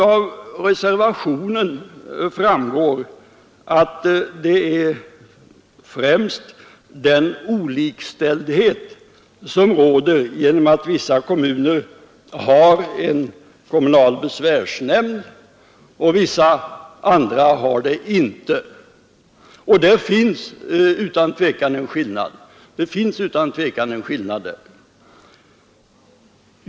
Av reservationen framgår att det främst gäller den olikställdhet som råder genom att vissa kommuner har en kommunal besvärsnämnd och vissa andra inte har det, och det finns utan tvivel en skillnad därvidlag.